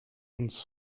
uns